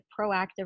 proactive